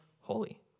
holy